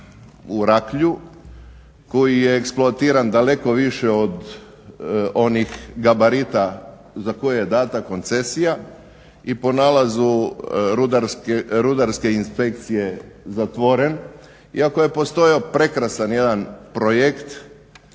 u Raklju koji je eksploatiran daleko više od onih gabarita za koje je dana koncesija i po nalazu Rudarske inspekcije zatvoren. Iako je postojao jedan prekrasan projekt